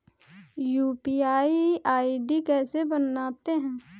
UPI ID कैसे बनाते हैं?